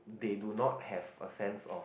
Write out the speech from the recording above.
they do not have a sense of